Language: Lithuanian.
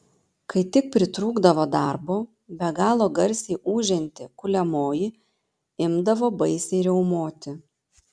kai tik pritrūkdavo darbo be galo garsiai ūžianti kuliamoji imdavo baisiai riaumoti